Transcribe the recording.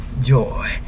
joy